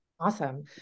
Awesome